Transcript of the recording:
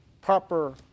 proper